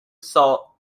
salt